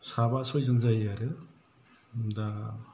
साबा सयजन जायो आरो दा